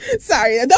sorry